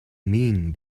mean